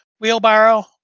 wheelbarrow